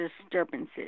disturbances